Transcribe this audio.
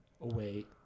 Away